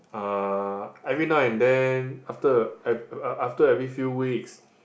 uh every now and then after after every few weeks